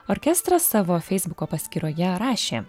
orkestras savo feisbuko paskyroje rašė